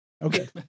Okay